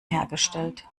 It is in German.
hergestellt